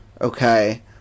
Okay